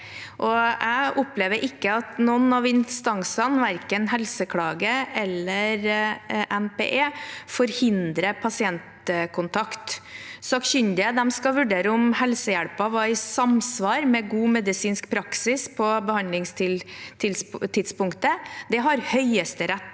Jeg opplever ikke at noen av instansene, verken Helseklage eller NPE, forhindrer pasientkontakt. Sakkyndige skal vurdere om helsehjelpen var i samsvar med god medisinsk praksis på behandlingstidspunktet, det har Høyesterett